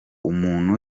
umuntu